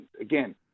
Again